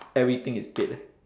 everything is paid leh